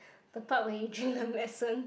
the part where you drink the medicine